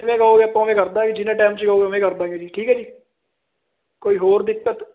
ਜਿਵੇਂ ਕਹੋਂਗੇ ਆਪਾਂ ਉਵੇਂ ਕਰ ਦੇਵਾਂਗੇ ਜਿੰਨੇ ਟਾਈਮ 'ਚ ਕਹੋਂਗੇ ਉਵੇਂ ਕਰ ਦੇਵਾਂਗੇ ਠੀਕ ਹੈ ਜੀ ਕੋਈ ਹੋਰ ਦਿੱਕਤ